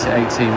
18